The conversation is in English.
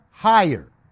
Higher